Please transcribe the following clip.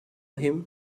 him